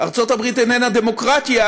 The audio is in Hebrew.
ארצות הברית איננה דמוקרטיה,